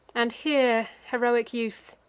and here, heroic youth,